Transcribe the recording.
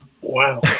Wow